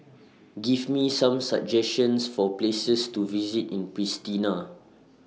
Give Me Some suggestions For Places to visit in Pristina